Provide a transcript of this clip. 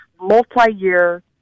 multi-year